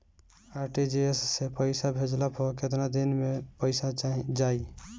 RTGS से पईसा भेजला पर केतना दिन मे पईसा जाई?